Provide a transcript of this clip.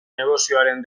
negozioaren